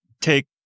take